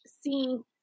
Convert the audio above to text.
seeing